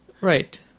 Right